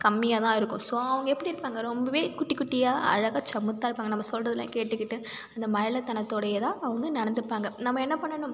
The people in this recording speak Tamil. கம்மியாக தான் இருக்கும் ஸோ அவங்க எப்படி இருப்பாங்க ரொம்பவே குட்டி குட்டியாக அழகாக சமத்தாக இருப்பாங்க நம்ம சொல்வதெல்லாம் கேட்டுக்கிட்டு அந்த மழலைத்தனத்தோடையே தான் அவங்க நடந்துப்பாங்க நம்ம என்ன பண்ணணும்